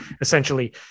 essentially